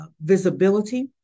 visibility